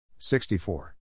64